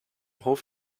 hof